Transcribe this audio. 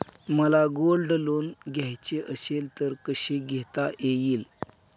मला gold loan घ्यायचे असेल तर कसे घेता येईल?